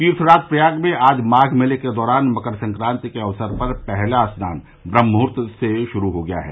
तीर्थराज प्रयाग में आज माघ मेले के दौरान मकर संक्रांति के अवसर पर पहला स्नान ब्रम्हमुहूर्त से शुरू हो गया है